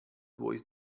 voice